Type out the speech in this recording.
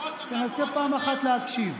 תנסה פעם אחת להקשיב.